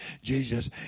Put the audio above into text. Jesus